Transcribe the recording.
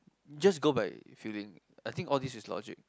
just go by feeling I think all these is logic